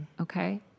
okay